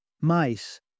Mice